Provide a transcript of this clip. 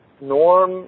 norm